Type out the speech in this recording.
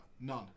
None